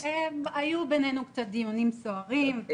היו בינינו קצת דיונים סוערים.